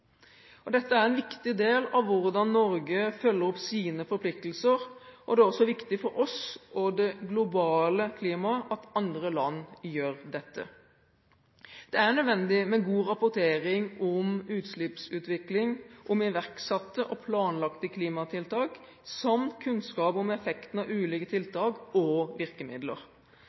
presentert. Dette er en viktig del av hvordan Norge følger opp sine forpliktelser, og det er også viktig for oss og det globale klimaet at andre land gjør dette. Det er nødvendig med god rapportering om utslippsutvikling, om iverksatte og planlagte klimatiltak, samt kunnskap om effekten av ulike tiltak og virkemidler.